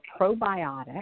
probiotic